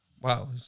Wow